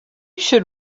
should